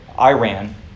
Iran